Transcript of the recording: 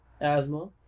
asthma